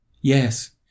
Yes